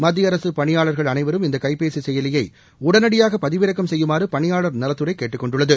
மத்திய அரசு பணியாளர்கள் அனைவரும் இந்த கைபேசி செயலியை உடனடியாக பதிவிறக்கம் செய்யுமாறு பணியாளா் நலத்துறை கேட்டுக் கொண்டுள்ளது